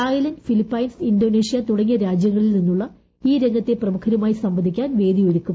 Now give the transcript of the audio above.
Thailand Philippines Indonesia തുടങ്ങിയ രാജ്യങ്ങളിൽ നിന്നുള്ള ഈ രംഗത്തെ പ്രമുഖരുമായിട്ട്സ്ംവദിക്കാൻ വേദിയൊരുക്കും